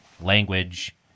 language